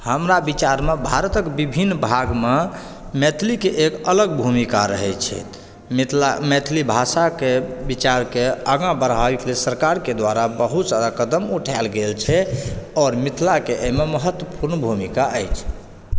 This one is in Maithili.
हमरा विचारमे भारतक विभिन्न भागमऽ मैथिलीक एक अलग भूमिका रहै छै मिथिला मैथिली भाषाके विचारके आगाँ बढ़ाबैक लेल सरकारके द्वारा बहुत सारा कदम उठाओल गेल छै आओर मिथिलाके अइमे महत्त्वपूर्ण भूमिका अछि